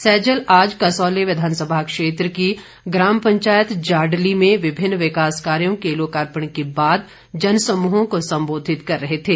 सैजल आज कसौली विधानसभा क्षेत्र की ग्राम पंचायत जाडली में विभिन्न विकास कार्यो के लोकार्पण के बाद जन समूहों को संबोधित कर रहे थे